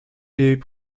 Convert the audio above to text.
est